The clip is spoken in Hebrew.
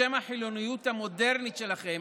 בשם החילוניות המודרנית שלכם,